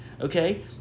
Okay